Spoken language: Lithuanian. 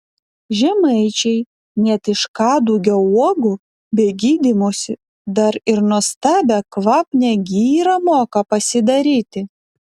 žemaičiai net iš kadugio uogų be gydymosi dar ir nuostabią kvapnią girą moką pasidaryti